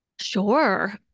Sure